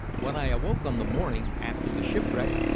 when i awoke on the morning after the shipwreck,